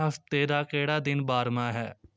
ਹਫ਼ਤੇ ਦਾ ਕਿਹੜਾ ਦਿਨ ਬਾਰ੍ਹਵਾਂ ਹੈ